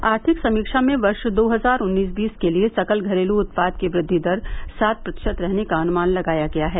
आर्थिक समीक्षा में वर्ष दो हजार उन्नीस बीस के लिए सकल घरेलू उत्पाद की वृद्धि दर सात प्रतिशत रहने का अनुमान लगाया गया है